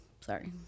Sorry